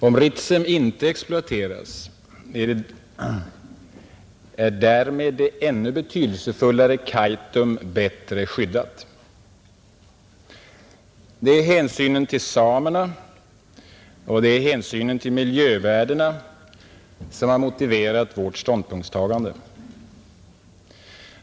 Om Ritsem inte exploateras är därmed det ännu betydelsefullare Kaitum bättre skyddat. Det är hänsynen till samerna och det är hänsyn till miljövärdena som har motiverat vårt ståndpunktstagande.